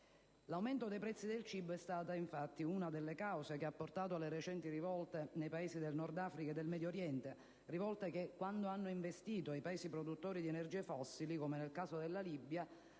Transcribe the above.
L'aumento dei prezzi del cibo è stata infatti una delle cause che ha portato alle recenti rivolte avvenute nei Paesi del Nord-Africa e del Medio Oriente, rivolte che, quando hanno investito Paesi produttori di energie fossili, come nel caso della Libia,